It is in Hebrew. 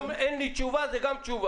גם "אין לי תשובה" זאת גם תשובה.